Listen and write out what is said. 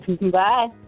Bye